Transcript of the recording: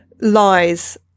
lies